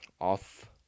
Off